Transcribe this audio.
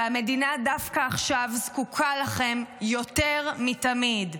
והמדינה דווקא עכשיו זקוקה לכם יותר מתמיד.